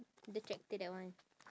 the tractor that one